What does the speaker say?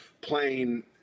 playing